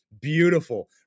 beautiful